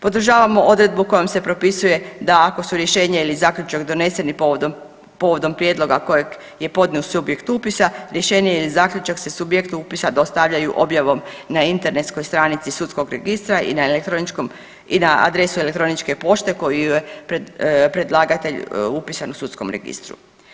Podržavamo odredbu kojom se propisuje da ako su rješenja ili zaključak doneseni povodom prijedloga kojeg je podnio subjekt upisa rješenje ili zaključak se subjektu upisa dostavljaju objavom na internetskoj stranici sudskog registra i na adresu elektroničke pošte koju je predlagatelj upisan u sudskom registru.